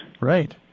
right